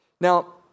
Now